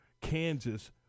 kansas